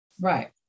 Right